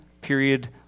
period